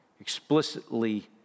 explicitly